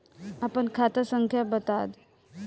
आपन खाता संख्या बताद